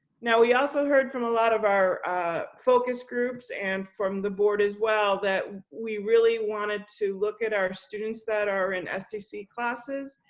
now we also heard from a lot of our focus groups and from the board as well that we really wanted to look at our students that are in sdc classes.